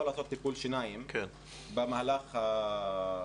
לעשות טיפול שיניים במהלך הטיפולים,